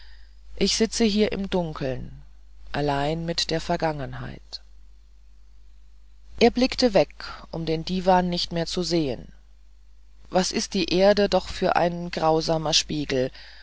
ich sitze hier im dunkeln allein mit der vergangenheit er blickte weg um den diwan nicht mehr zu sehen was ist die erde doch für ein grausamer spiegel